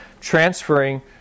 transferring